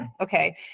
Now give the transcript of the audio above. okay